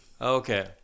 Okay